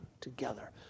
together